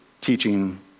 teaching